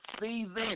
season